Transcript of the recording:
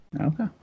Okay